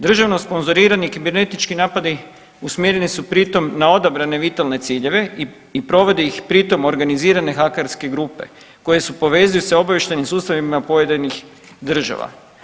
Državno sponzorirani kibernetički napadi usmjereni su pri tom na odabrane vitalne ciljeve i provode ih pri tom organizirane hakerske grupe koje se povezuju sa obavještajnim sustavima pojedinih država.